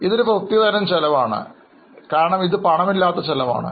ഇതൊരു പ്രത്യേക തരം ചെലവാണ് കാരണം ഇത് പണമല്ലാത്ത ചെലവാണ്